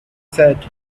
said